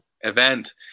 event